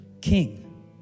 king